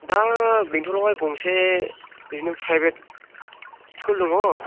दा बेंथलावहाय गंसे बिदिनो प्राइभेट स्कुल दङ